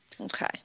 Okay